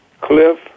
Cliff